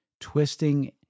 twisting